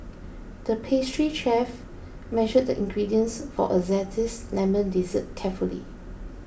the pastry chef measured the ingredients for a Zesty Lemon Dessert carefully